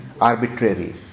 arbitrary